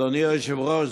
אדוני היושב-ראש,